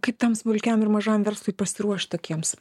kaip tam smulkiam ir mažam verslui pasiruošt tokiems